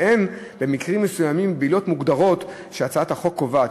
והן במקרים מסוימים ובעילות מוגדרות שהצעת החוק קובעת,